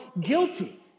guilty